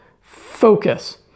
focus